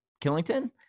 Killington